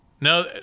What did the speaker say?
No